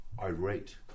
irate